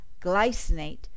glycinate